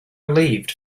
relieved